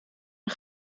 een